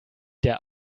der